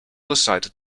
decided